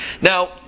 Now